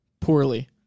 poorly